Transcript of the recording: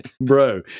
bro